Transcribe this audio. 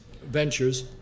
ventures